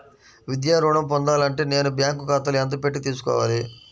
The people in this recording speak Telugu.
విద్యా ఋణం పొందాలి అంటే నేను బ్యాంకు ఖాతాలో ఎంత పెట్టి తీసుకోవాలి?